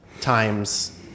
Times